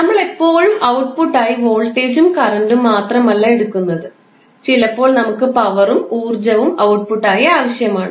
നമ്മൾ എപ്പോഴും ഔട്ട്പുട്ട് ആയി വോൾട്ടേജും കറണ്ടും മാത്രമല്ല എടുക്കുന്നത് ചിലപ്പോൾ നമുക്ക് പവറും ഊർജ്ജവും ഔട്ട്പുട്ട് ആയി ആവശ്യമാണ്